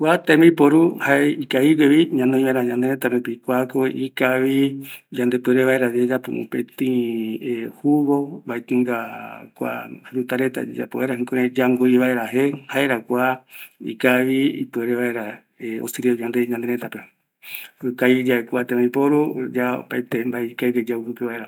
Kua tembiporu jaevi ikavigue ñanoi vaera ñanereta rupi, kuako ikavi yayapo vaera mopetï jugo, maenunga kua frutoretagui, jukurai yambo ɨ vaera, jaera kua ikavi, ikavi kua tembiporu opaete ñanoivaera